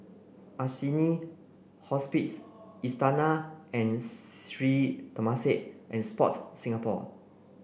Assini Hospice Istana and Sri Temasek and Sport Singapore